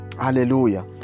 Hallelujah